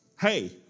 hey